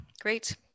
Great